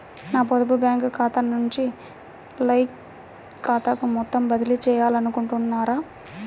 నా పొదుపు బ్యాంకు ఖాతా నుంచి లైన్ ఖాతాకు మొత్తం బదిలీ చేయాలనుకుంటున్నారా?